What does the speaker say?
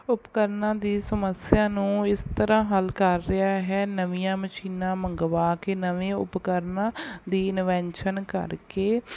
ਉਪਕਰਨਾਂ ਦੀ ਸਮੱਸਿਆ ਨੂੰ ਇਸ ਤਰ੍ਹਾਂ ਹੱਲ ਕਰ ਰਿਹਾ ਹੈ ਨਵੀਆਂ ਮਸ਼ੀਨਾਂ ਮੰਗਵਾ ਕੇ ਨਵੇਂ ਉਪਕਰਨਾਂ ਦੀ ਇਨਵੈਂਸ਼ਨ ਕਰਕੇ